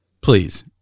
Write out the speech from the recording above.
Please